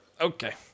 Okay